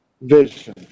vision